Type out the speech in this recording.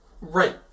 Right